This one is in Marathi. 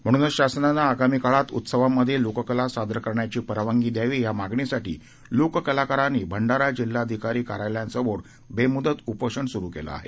म्हणूनच शासनानं आगामी काळात उत्सवांमध्ये लोककला सादर करण्याची परवानगी द्यावी ह्या मागणीसाठी लोककलाकारांनी भंडारा जिल्हाधिकारी कार्यालयासमोर बेमुदत उपोषण सुरू केलं आहे